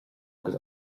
agus